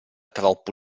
troppo